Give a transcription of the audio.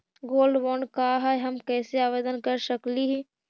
Gold bond का है, हम कैसे आवेदन कर सकली ही?